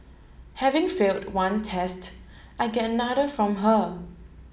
having failed one test I get another from her